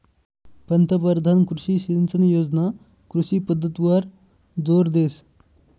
पंतपरधान कृषी सिंचन योजना कृषी पद्धतवर जोर देस